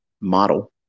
model